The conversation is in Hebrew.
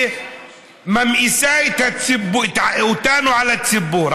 שממאיסה אותנו על הציבור,